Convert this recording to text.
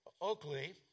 Oakley